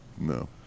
No